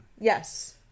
Yes